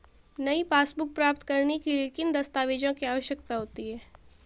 नई पासबुक प्राप्त करने के लिए किन दस्तावेज़ों की आवश्यकता होती है?